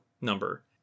number